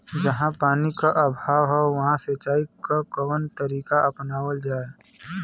जहाँ पानी क अभाव ह वहां सिंचाई क कवन तरीका अपनावल जा?